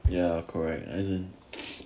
ya correct as in